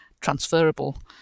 transferable